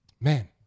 man